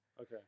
Okay